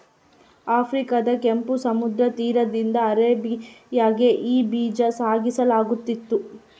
ಆಫ್ರಿಕಾದ ಕೆಂಪು ಸಮುದ್ರ ತೀರದಿಂದ ಅರೇಬಿಯಾಗೆ ಈ ಬೀಜ ಸಾಗಿಸಲಾಗುತ್ತಿತ್ತು